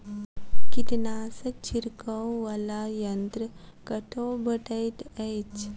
कीटनाशक छिड़कअ वला यन्त्र कतौ भेटैत अछि?